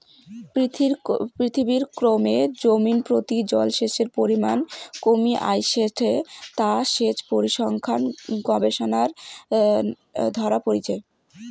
পৃথিবীরে ক্রমে জমিনপ্রতি জলসেচের পরিমান কমি আইসেঠে তা সেচ পরিসংখ্যান গবেষণারে ধরা পড়িচে